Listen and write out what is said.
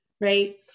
right